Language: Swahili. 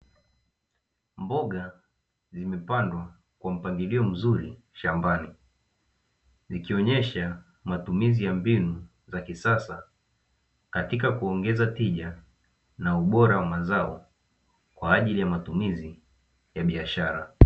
Mboga zimepandwa kwa mpangilio mzuri shambani ikionyesha matumizi ya mbinu za kisasa katika kuongeza tija na ubora wa mazao kwa ajili ya matumizi ya biashara.